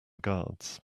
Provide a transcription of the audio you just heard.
guards